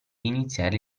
iniziare